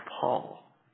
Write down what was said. Paul